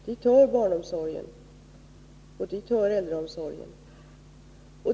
Dit hör barnomsorgen och äldreomsorgen.